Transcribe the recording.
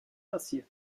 grassiert